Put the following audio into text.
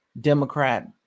Democrat